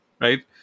Right